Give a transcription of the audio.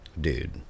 Dude